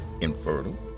infertile